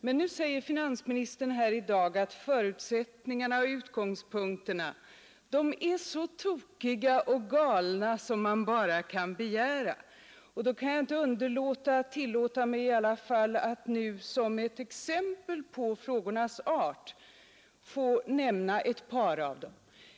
Men nu säger finansministern att förutsättningarna och utgångspunkterna är så tokiga och galna som man bara kan begära, och då kan jag inte underlåta att nu som exempel på frågornas art nämna ett par av dem.